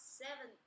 seven